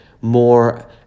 more